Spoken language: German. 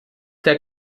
der